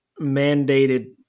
mandated